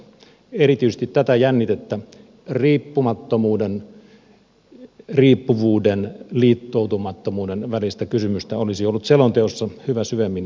erityisesti tätä jännitettä riippumattomuuden riippuvuuden liittoutumattomuuden välistä kysymystä olisi ollut selonteossa hyvä syvemmin analysoida